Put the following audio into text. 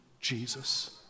Jesus